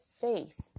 faith